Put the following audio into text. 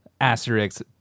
Asterix